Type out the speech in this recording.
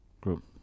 group